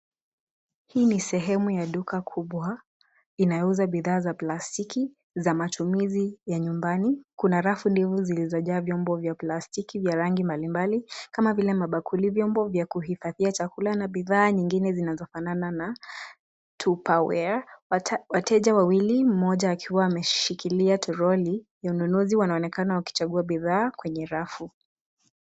Hii ni sehemu ya duka kubwa inayouza bidhaa za plastiki za matumizi ya nyumbani, kuna rafu ndefu zilizojaa vyombo vya plastiki vya rangi mbali mbali kama vile mabakuli, vyombo vya kuhifadhia chakula na bidhaa nyingine zinazo fanana na tuperwear . Wateja wawili mmoja akiwa ameshikilia troli ya ununuzi wanaonekana wakichagua bidhaa kwenye rafu.